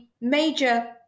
major